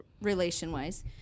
relation-wise